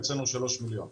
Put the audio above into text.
אצלנו שלוש מיליון.